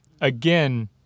again